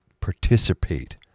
participate